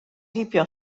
heibio